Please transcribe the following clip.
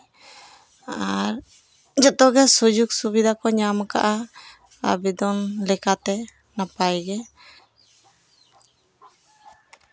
ᱟᱨ ᱡᱷᱚᱛᱚ ᱜᱮ ᱥᱩᱡᱳᱜᱽ ᱥᱩᱵᱤᱫᱟ ᱠᱚ ᱧᱟᱢ ᱠᱟᱜᱼᱟ ᱟᱵᱮᱫᱚᱱ ᱞᱮᱠᱟᱛᱮ ᱱᱟᱯᱟᱭ ᱜᱮ